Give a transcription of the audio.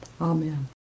Amen